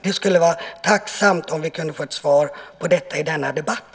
Jag skulle vara tacksam om vi kunde få ett svar på detta i denna debatt.